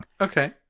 Okay